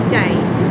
days